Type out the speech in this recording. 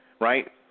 right